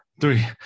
three